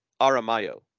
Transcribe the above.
Aramayo